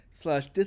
slash